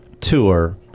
tour